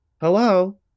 Hello